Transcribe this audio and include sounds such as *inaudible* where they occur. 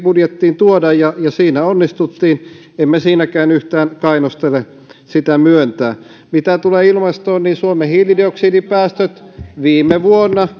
budjettiin tuoda ja siinä onnistuttiin emme siinäkään yhtään kainostele sitä myöntää mitä tulee ilmastoon niin suomen hiilidioksidipäästöt viime vuonna *unintelligible*